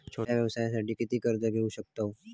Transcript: छोट्या व्यवसायासाठी किती कर्ज घेऊ शकतव?